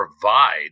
provide